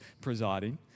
presiding